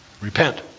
Repent